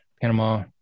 Panama